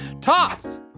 Toss